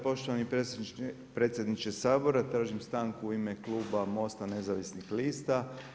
Poštovani predsjedniče Sabora tražim stanku u ime kluba MOST-a Nezavisnih lista.